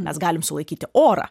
mes galim sulaikyti orą